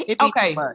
Okay